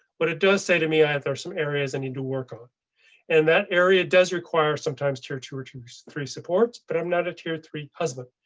but it does say to me i have there some areas i need to work on and that area does require sometimes tier two or so three supports, but i'm not a tier three husband.